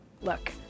Look